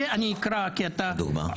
דוגמה.